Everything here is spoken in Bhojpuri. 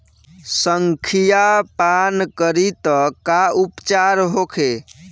संखिया पान करी त का उपचार होखे?